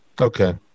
Okay